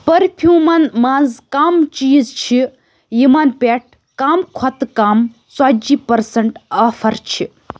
پٔرفیٛومَن مَنٛز کم چیٖز چھِ یِمَن پٮ۪ٹھ کم کھۄتہٕ کم ژَتجی پٔرسنٹ آفر چھِ